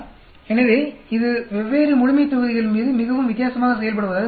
எனவே இது வெவ்வேறு முழுமைத்தொகுதிகள் மீது மிகவும் வித்தியாசமாக செயல்படுவதாக தெரிகிறது